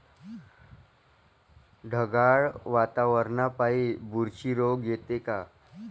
ढगाळ वातावरनापाई बुरशी रोग येते का?